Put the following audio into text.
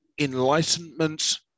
enlightenment